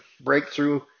breakthrough